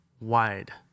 wide